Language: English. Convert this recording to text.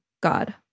God